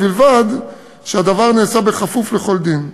ובלבד שהדבר נעשה בכפוף לכל דין.